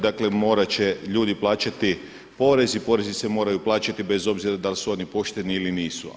Dakle, morat će ljudi plaćati porez i porezi se moraju plaćati bez obzira da li su oni pošteni ili nisu.